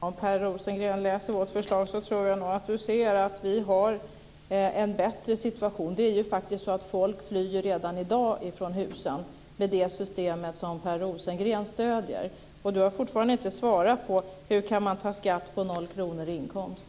Fru talman! Om Per Rosengren studerar vårt förslag ser han att vi får en bättre situation. Det är faktiskt så att folk flyr redan i dag från husen med det system som Per Rosengren stöder. Han har fortfarande inte svarat på hur man kan ta ut skatt på noll kronor i inkomst.